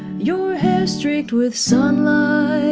your hair streaked with sunlight,